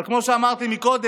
אבל כמו שאמרתי מקודם,